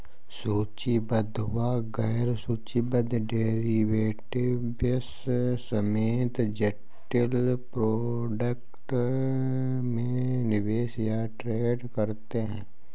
सूचीबद्ध व गैर सूचीबद्ध डेरिवेटिव्स समेत जटिल प्रोडक्ट में निवेश या ट्रेड करते हैं